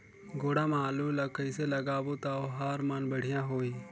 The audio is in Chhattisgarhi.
गोडा मा आलू ला कइसे लगाबो ता ओहार मान बेडिया होही?